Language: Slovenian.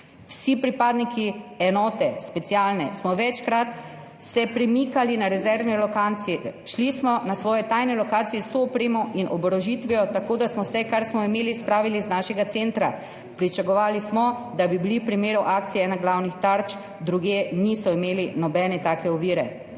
»Vsi pripadniki specialne enote smo se večkrat premikali na rezervne lokacije, šli smo na svoje tajne lokacije z vso opremo in oborožitvijo, tako da smo vse, kar smo imeli, spravili iz našega centra. Pričakovali smo, da bi bili v primeru akcije ena glavnih tarč, drugje niso imeli nobene take ovire.«